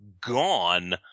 gone